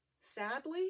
Sadly